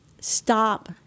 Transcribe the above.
stop